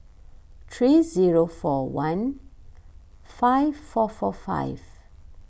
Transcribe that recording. three zero four one five four four five